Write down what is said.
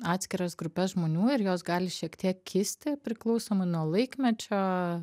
atskiras grupes žmonių ir jos gali šiek tiek kisti priklausomai nuo laikmečio